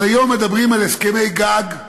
אז היום מדברים על הסכמי גג,